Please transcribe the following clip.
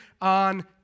on